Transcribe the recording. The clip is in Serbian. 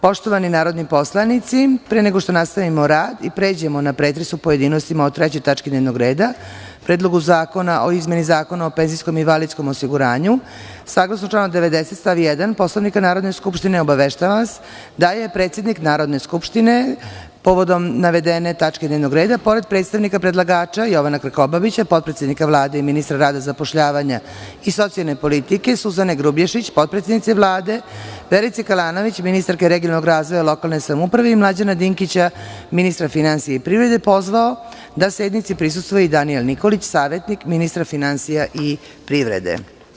Poštovani narodni poslanici, pre nego što nastavimo rad i pređemo na pretres u pojedinostima o 3. tački dnevnog reda, Predlogu zakona o izmeni Zakona o penzijskom i invalidskom osiguranju, saglasno članu 90. stav 1. Poslovnika Narodne skupštine, obaveštavam vas da je predsednik Narodne skupštine, povodom navedene tačke dnevnog reda, pored predstavnika predlagača Jovana Krkobabića, potpredsednika Vlade i ministra rada, zapošljavanja i socijalne politike; Suzane Grubješić, potpredsednice Vlade; Verice Kalanović, ministarke regionalnog razvoja i lokalne samouprave i Mlađana Dinkića, ministra finansija i privrede, pozvao da sednici prisustvuje i Danijel Nikolić, savetnik ministra finansija i privrede.